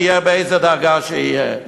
ויהיה באיזה דרגה שיהיה?